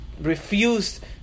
refused